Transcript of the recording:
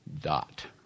dot